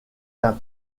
d’un